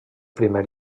primer